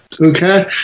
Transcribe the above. okay